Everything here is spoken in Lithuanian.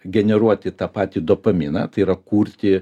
generuoti tą patį dopaminą tai yra kurti